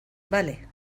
vale